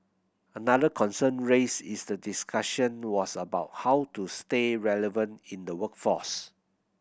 another concern raised in the discussion was about how to stay relevant in the workforce